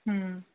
ꯎꯝ